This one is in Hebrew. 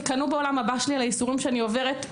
תקנאו בעולם הבא שלי על הייסורים שאני עוברת.